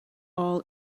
all